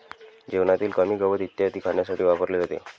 जेवणातील कृमी, गवत इत्यादी खाण्यासाठी वापरले जाते